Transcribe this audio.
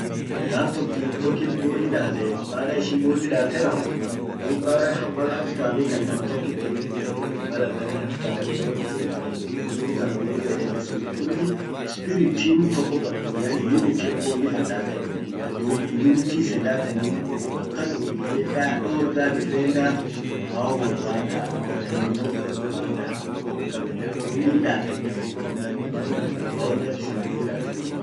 gaf tok timu tokkit bolli daate, baada ishin bolli daate rawwot dub baada mal alf time kan nam tokkit itduffe malakan hightime inaman dudbet. Timu tanan wonin yeden issen kullin spirit timu tokko qabdebi yaani unity tian bolli kan dateni. Dub unity isen datenun tan, akukan wot ijeda, dorga, defender, bao borbadaa, bao dargenno borbadaa akukan wolkabbedda bolli hin dateni ammo bao hin dargetennu, baonnen akisen bolli daten kan borbada edenii.